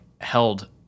held